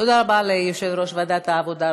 תודה רבה ליושב-ראש ועדת העבודה,